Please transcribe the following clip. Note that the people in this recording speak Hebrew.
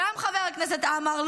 חבר הכנסת עמאר,